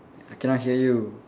I cannot hear you